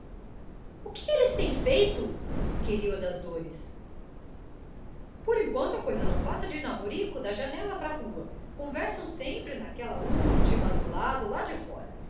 o que eles têm feito inquiriu a das dores por enquanto a coisa não passa de namorico da janela para a rua conversam sempre naquela última do lado de lá de fora